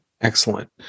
Excellent